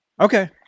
Okay